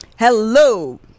Hello